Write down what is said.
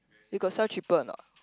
you got sell cheaper or not